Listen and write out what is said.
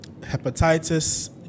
hepatitis